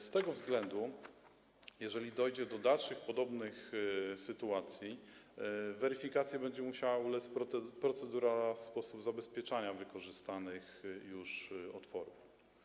Z tego względu, jeżeli dojdzie do dalszych podobnych sytuacji, weryfikacji będzie musiała ulec procedura, sposób zabezpieczania wykorzystanych już otworów.